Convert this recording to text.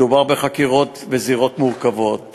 מדובר בחקירות בזירות מורכבות